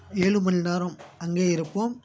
ஏழு மணி நேரம் அங்கேயே இருப்போம்